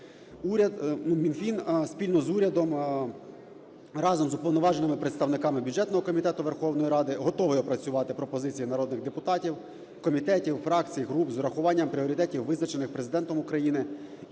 Мінфін спільно з урядом, разом з уповноваженими представниками бюджетного комітету Верховної Ради готовий опрацювати пропозиції народних депутатів, комітетів, фракцій, груп з урахуванням пріоритетів, визначених Президентом України